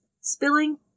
Spilling